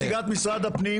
אמרה כאן נציגת משרד הפנים,